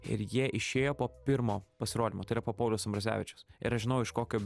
ir jie išėjo po pirmo pasirodymo tai yra paulius ambrazevičius ir aš žinau iš kokio